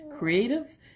creative